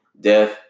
death